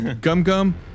Gum-Gum